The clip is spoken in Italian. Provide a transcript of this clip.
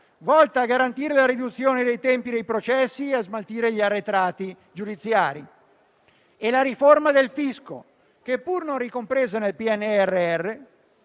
volta a garantire la riduzione dei tempi dei processi e a smaltire gli arretrati giudiziari, e la riforma del Fisco. Quest'ultima, pur non ricompresa nel PNRR,